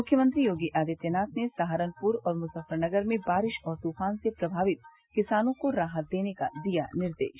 मुख्यमंत्री योगी आदित्यनाथ ने सहारनपुर और मुजफ्फ्फ्रनगर में बारिश और तूफान से प्रभावित किसानों को राहत देने का दिया निर्देश